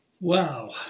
Wow